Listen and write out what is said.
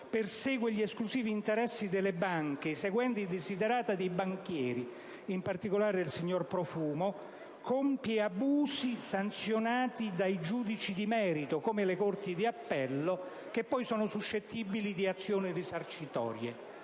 persegue gli esclusivi interessi delle banche, eseguendo i *desiderata* dei banchieri (in particolare del signor Profumo), compie abusi sanzionati dai giudici di merito, come le corti d'appello, che poi sono suscettibili di azioni risarcitorie.